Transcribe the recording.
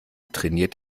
trainiert